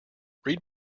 read